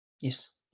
Yes